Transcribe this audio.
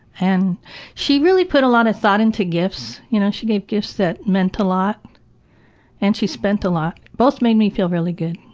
and she really put a lot of thought into gifts. you know, she gave gifts that meant a lot and she spent a lot. both make me feel really good